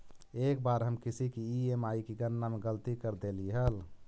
एक बार हम किसी की ई.एम.आई की गणना में गलती कर देली हल